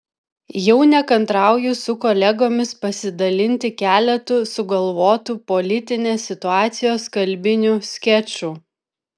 jau nekantrauju su kolegomis pasidalinti keletu sugalvotų politinės situacijos kalbinių skečų